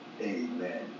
amen